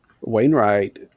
Wainwright